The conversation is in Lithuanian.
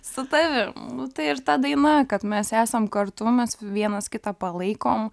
su tavim nu tai ir ta daina kad mes esam kartu mes vienas kitą palaikom